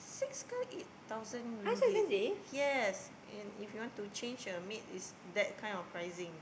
six or eight thousand ringgit yes and if you want change a maid it's that kind of pricing